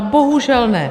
Bohužel ne.